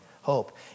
Hope